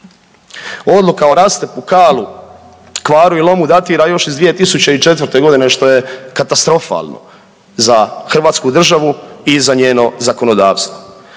se ne razumije/…, kvaru i lomu datira još iz 2004.g., što je katastrofalno za hrvatsku državu i za njeno zakonodavstvo.